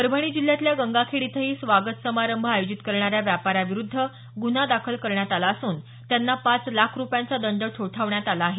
परभणी जिल्ह्यातल्या गंगाखेड इथंही स्वागत समारंभ आयोजित करणाऱ्या व्यापाऱ्याविरुद्ध गुन्हा दाखल करण्यात आला असून त्यांना पाच लाख रुपयाचा दंड ठोठावण्यात आला आहे